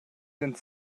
sind